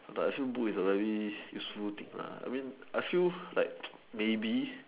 like ask you put in salary useful thing lah I mean I feel like maybe